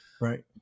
Right